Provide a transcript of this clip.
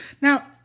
Now